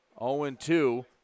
0-2